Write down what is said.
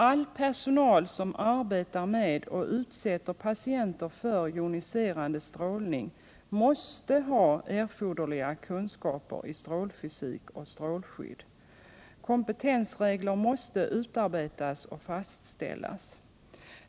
All personal som arbetar med och utsätter patienter för joniserande strålning måste ha erforderliga kunskaper i strålfysik och strålskydd. Kompetensregler måste utarbetas och fastställas.